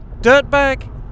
Dirtbag